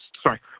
Sorry